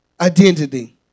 identity